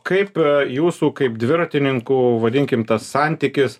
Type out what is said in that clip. kaip jūsų kaip dviratininkų vadinkim tas santykis